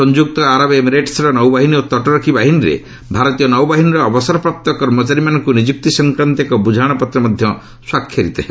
ସଂଯୁକ୍ତ ଆରବ ଏମିରେଟ୍ସର ନୌବାହିନୀ ଓ ତଟରକ୍ଷୀ ବାହିନୀରେ ଭାରତୀୟ ନୌବାହିନୀର ଅବସରପ୍ରାପ୍ତ କର୍ମଚାରୀମାନଙ୍କୁ ନିଯୁକ୍ତି ସଂକ୍ରାନ୍ତ ଏକ ବୁଝାମଣାପତ୍ର ମଧ୍ୟ ସ୍ୱାକ୍ଷରିତ ହେବ